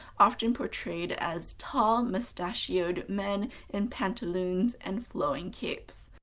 often portrayed as tall, mustachioed men in pantaloons and flowing capes.